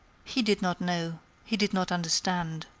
he did not know he did not understand.